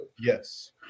Yes